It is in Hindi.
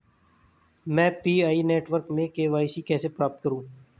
मैं पी.आई नेटवर्क में के.वाई.सी कैसे प्राप्त करूँ?